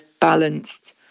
balanced